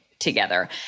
Together